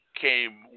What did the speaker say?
came